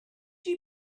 you